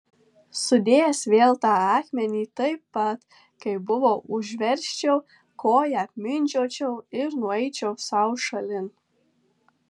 sudėjęs vėl tą akmenį taip pat kaip buvo užversčiau koja apmindžiočiau ir nueičiau sau šalin